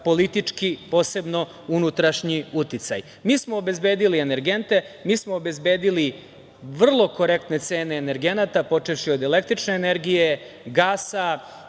politički, posebno unutrašnji uticaj. Mi smo obezbedili energente. Mi smo obezbedili vrlo korektne cene energenata, počevši od električne energije, gasa,